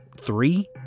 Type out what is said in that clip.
Three